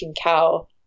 cow